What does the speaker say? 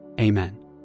Amen